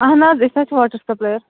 اَہَن حظ أسۍ حظ چھِ واٹَر سَپلایِر